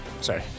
Sorry